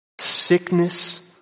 Sickness